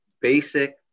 basic